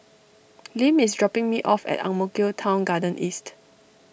Lim is dropping me off at Ang Mo Kio Town Garden East